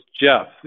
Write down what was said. Jeff